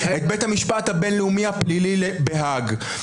את בית המשפט הבין-לאומי הפלילי בהאג.